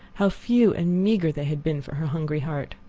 how few and meager they had been for her hungry heart!